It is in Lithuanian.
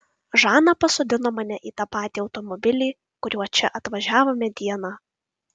žana pasodino mane į tą patį automobilį kuriuo čia atvažiavome dieną